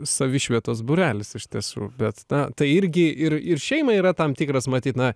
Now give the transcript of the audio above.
savišvietos būrelis iš tiesų bet na tai irgi ir ir šeimai yra tam tikras matyt na